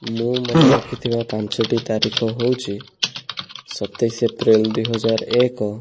ମୁଁ ମନେ ରଖିଥିବା ପାଞ୍ଚଟି ତାରିଖ ହେଉଛି ସତେଇଶ ଏପ୍ରିଲ ଦୁଇହଜାର ଏକ